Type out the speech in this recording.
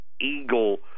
Eagle